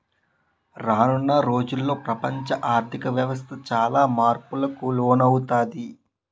రానున్న రోజుల్లో ప్రపంచ ఆర్ధిక వ్యవస్థ చాలా మార్పులకు లోనవుతాది